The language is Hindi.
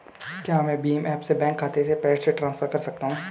क्या मैं भीम ऐप से बैंक खाते में पैसे ट्रांसफर कर सकता हूँ?